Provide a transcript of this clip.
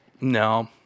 No